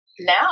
now